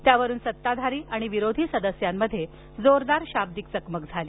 त्यावरुन सत्ताधारी आणि विरोधी सदस्यांमध्ये जोरदार शाब्दिक चकमक झाली